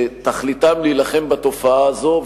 שתכליתם להילחם בתופעה הזו,